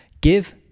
Give